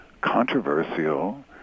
controversial